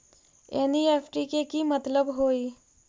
NEFT के कि मतलब होइ?